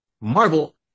Marvel